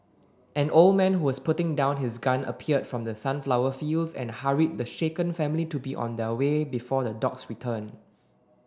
an old man who was putting down his gun appeared from the sunflower fields and hurried the shaken family to be on their way before the dogs return